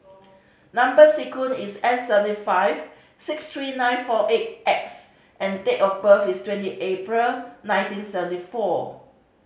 number sequence is S seven five six three nine four eight X and date of birth is twenty April nineteen seventy four